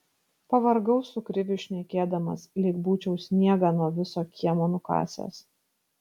pavargau su kriviu šnekėdamas lyg būčiau sniegą nuo viso kiemo nukasęs